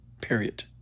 Period